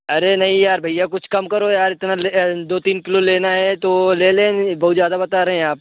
अरे नहीं यार भैया कुछ कम करो यार इतना दो तीन किलो लेना है तो ले लें बहुत ज़्यादा बता रहे हैं आप